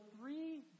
three